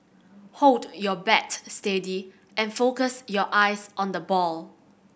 hold your bat steady and focus your eyes on the ball